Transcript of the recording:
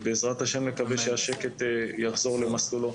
ובעזרת השם, מקווים שהשקט יחזור למסלולו.